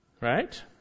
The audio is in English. Right